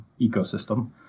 ecosystem